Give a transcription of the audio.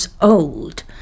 old